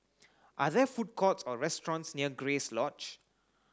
are there food courts or restaurants near Grace Lodge